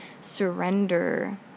surrender